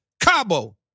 Cabo